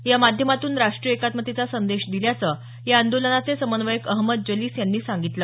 या माध्यमातून राष्ट्रीय एकात्मतेचा संदेश दिल्याचं या आंदोलनाचे समन्वयक अहमद जलीस यांनी सांगितलं